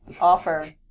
offer